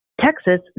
Texas